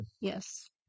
Yes